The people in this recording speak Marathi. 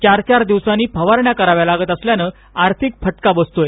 चार चार दिवसांनी फवारण्या कराव्या लागत असल्याने आर्थिक फटका बसत आहे